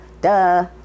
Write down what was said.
duh